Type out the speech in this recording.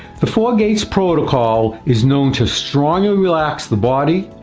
the four gates protocol is known to strongly relax the body,